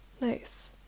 Nice